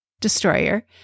destroyer